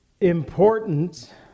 important